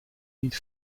niet